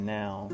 now